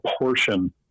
portion